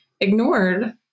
Ignored